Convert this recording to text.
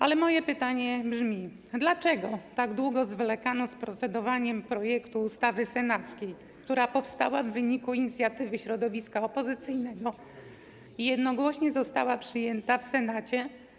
Ale moje pytanie brzmi: Dlaczego tak długo zwlekano z procedowaniem nad projektem ustawy senackiej, która powstała w wyniku inicjatywy środowiska opozycyjnego i jednogłośnie została przyjęta w Senacie?